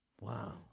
Wow